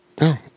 No